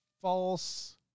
false